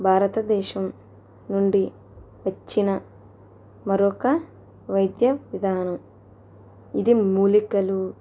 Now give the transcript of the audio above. భారతదేశం నుండి వచ్చిన మరొక వైద్య విధానం ఇది మూలికలు